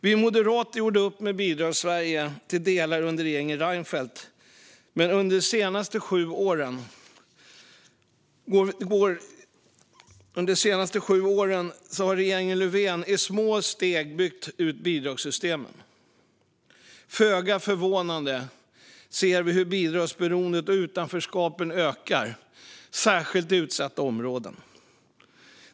Vi moderater gjorde upp med Bidragssverige till delar under regeringen Reinfeldt, men under de senaste sju åren har regeringen Löfven i små steg byggt ut bidragssystemen. Föga förvånande ser vi hur bidragsberoendet och utanförskapet ökar, särskilt i utsatta områden.